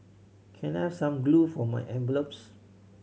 can I have some glue for my envelopes